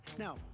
now